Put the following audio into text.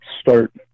start